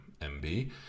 MB